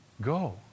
go